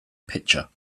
pitcher